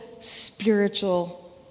spiritual